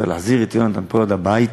צריך להחזיר את יונתן פולארד הביתה,